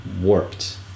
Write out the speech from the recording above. warped